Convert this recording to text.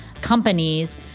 companies